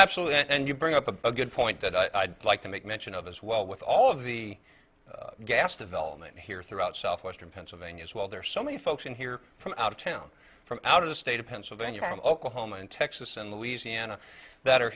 actually and you bring up a good point that i'd like to make mention of as well with all of the gas development here throughout southwestern pennsylvania as well there are so many folks in here from out of town from out of the state of pennsylvania and oklahoma and texas and louisiana that are